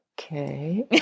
okay